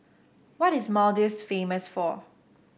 what is Maldives famous for